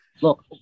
Look